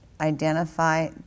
identify